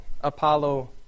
Apollo